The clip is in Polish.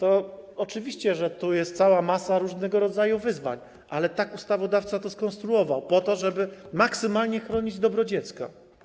Oczywiście, że tu jest cała masa różnego rodzaju wyzwań, ale tak ustawodawca to skonstruował po to, żeby maksymalnie chronić dobro dziecka.